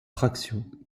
traction